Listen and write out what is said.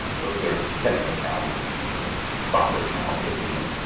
those are some technical challenges, and software challenges even,